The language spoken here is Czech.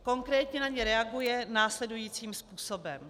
Konkrétně na ně reaguje následujícím způsobem.